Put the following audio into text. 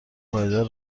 پایدار